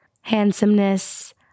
handsomeness